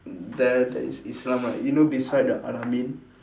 there there is islam right you know beside the al ameen